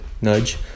nudge